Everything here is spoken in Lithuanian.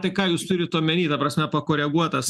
o tai ką jūs turit omeny ta prasme pakoreguotas